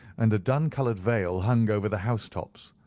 and a dun-coloured veil hung over the house-tops,